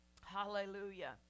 Hallelujah